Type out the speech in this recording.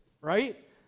right